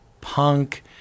punk